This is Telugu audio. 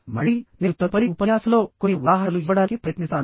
మళ్ళీ నేను తదుపరి ఉపన్యాసంలో కొన్ని ఉదాహరణలు ఇవ్వడానికి ప్రయత్నిస్తాను